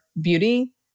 beauty